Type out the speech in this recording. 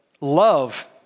Love